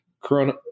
Corona